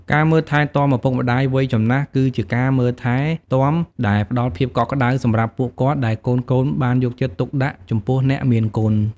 ការមើលថែទាំឪពុកម្ដាយវ័យចំណាស់គឺជាការមើលថែទាំដែលផ្តល់ភាពកក់ក្តៅសម្រាប់ពួកគាត់ ដែលកូនៗបានយកចិត្តទុកដាក់ចំពោះអ្នកមានគុណ។